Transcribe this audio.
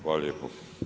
Hvala lijepo.